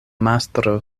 mastro